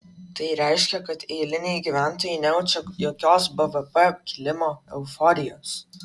tai reiškia kad eiliniai gyventojai nejaučia jokios bvp kilimo euforijos